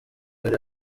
hari